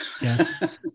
Yes